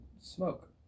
smoke